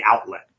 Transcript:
outlet